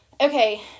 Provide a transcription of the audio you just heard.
okay